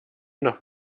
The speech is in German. noch